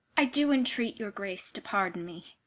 i do entreat your grace to pardon me.